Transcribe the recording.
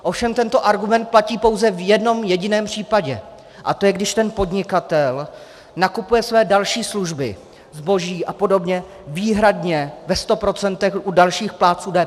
Ovšem tento argument platí pouze v jednom jediném případě, A to je, když ten podnikatel nakupuje své další služby, zboží a podobně, výhradně ve 100 % u dalších plátců DPH.